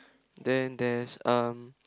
then there's um